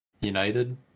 United